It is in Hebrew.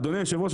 אדוני היושב-ראש,